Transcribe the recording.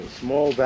small